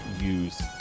use